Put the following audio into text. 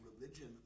religion